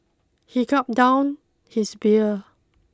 he gulped down his beer